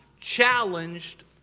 challenged